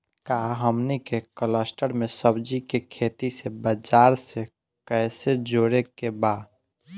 का हमनी के कलस्टर में सब्जी के खेती से बाजार से कैसे जोड़ें के बा?